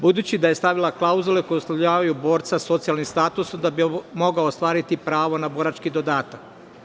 Budući da je stavila klauzule koje uslovljavaju borca socijalnim statusom da bi mogao ostvariti pravo na borački dodatak.